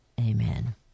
amen